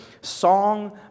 song